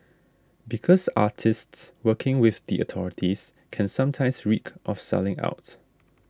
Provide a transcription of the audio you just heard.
because artists working with the authorities can sometimes reek of selling out